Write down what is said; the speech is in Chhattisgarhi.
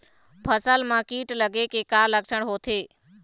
फसल म कीट लगे के का लक्षण होथे?